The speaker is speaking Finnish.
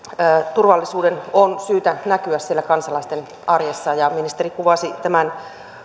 turvallisuuden on syytä näkyä siellä kansalaisten arjessa ja ministeri kuvasi tämän